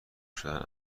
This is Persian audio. شدن